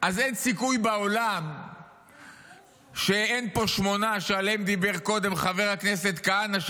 אז אין סיכוי בעולם שאין פה שמונה שעליהם דיבר קודם חבר הכנסת כהנא,